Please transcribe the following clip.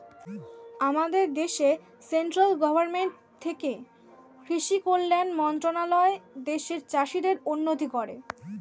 আমাদের দেশে central government থেকে কৃষি কল্যাণ মন্ত্রণালয় দেশের চাষীদের উন্নতি করে